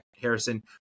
Harrison